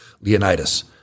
Leonidas